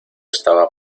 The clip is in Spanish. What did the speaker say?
estaba